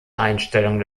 einstellung